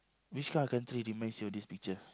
which kind of country did mine show this picture